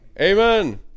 Amen